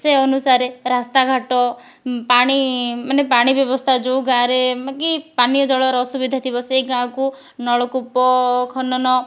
ସେ ଅନୁସାରେ ରାସ୍ତା ଘାଟ ପାଣି ମାନେ ପାଣି ବ୍ୟବସ୍ତା ଯେଉଁ ଗାଁରେ କି ପାନୀୟ ଜଳର ଅସୁବିଧା ଥିବ ସେ ଗାଁକୁ ନଳକୂପ ଖନନ